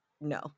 no